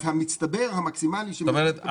אז המצטבר המקסימלי --- זאת אומרת,